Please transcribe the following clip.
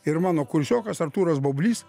ir mano kursiokas artūras baublys